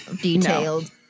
detailed